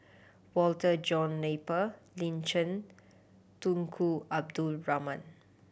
Walter John Napier Lin Chen Tunku Abdul Rahman